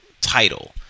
title